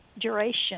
duration